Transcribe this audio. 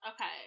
Okay